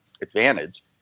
advantage